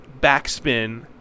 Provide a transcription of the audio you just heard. backspin